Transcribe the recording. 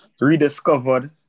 Rediscovered